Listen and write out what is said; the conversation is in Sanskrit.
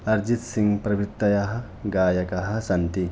अर्जित्सिङ्ग् प्रभृतयः गायकाः सन्ति